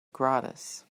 gratis